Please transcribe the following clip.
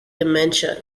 dementia